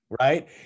right